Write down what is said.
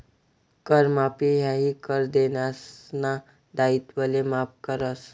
कर माफी हायी कर देनारासना दायित्वले माफ करस